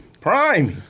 Prime